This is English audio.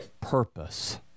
purpose